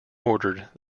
ordered